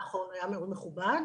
נכון, היה מאוד מכובד.